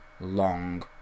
long